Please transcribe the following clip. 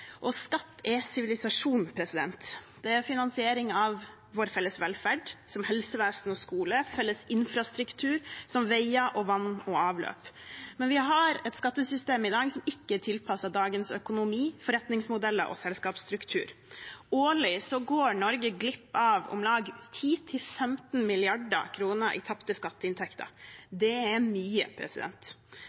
Skatt er sivilisasjon. Det er finansiering av vår felles velferd, som helsevesen og skole, og felles infrastruktur, som veier, vann og avløp. Men vi har et skattesystem i dag som ikke er tilpasset dagens økonomi, forretningsmodeller og selskapsstruktur. Årlig går Norge glipp av om lag 10–15 mrd. kr i tapte skatteinntekter. Det er mye.